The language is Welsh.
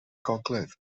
gogledd